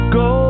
go